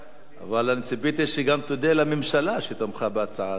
אבל ציפיתי שגם תודה לממשלה שתמכה בהצעה שלך.